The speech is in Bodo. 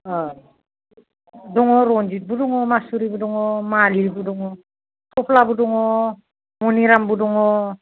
अ दङ रन्जितबो दङ मासुरिबो दङ मालिबो दङ थफ्लाबो दङ मनिरामबो दङ